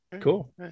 Cool